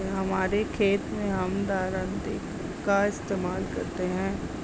हमारे खेत मैं हम दरांती का इस्तेमाल करते हैं